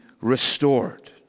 restored